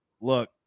look